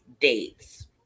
dates